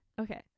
Okay